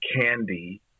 candy